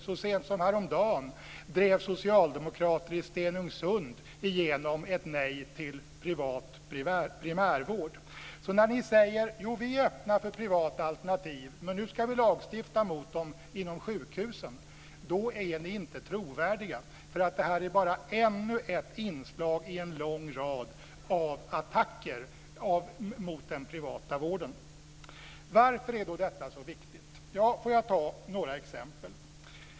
Så sent som häromdagen drev socialdemokrater i Stenungsund igenom ett nej till privat primärvård. När ni säger: Jo, vi är öppna för privata alternativ, men nu ska vi lagstifta mot dem inom sjukhusen! är ni inte trovärdiga. Detta är nämligen bara ännu ett inslag i en lång rad av attacker mot den privata vården. Varför är då detta så viktigt? Låt mig ta några exempel.